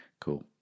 Cool